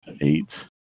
Eight